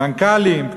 מנכ"לים,